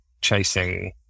chasing